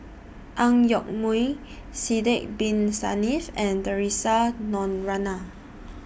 Ang Yoke Mooi Sidek Bin Saniff and Theresa Noronha